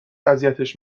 اذیتش